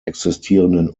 existierenden